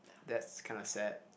that's kind of sad